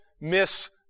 miss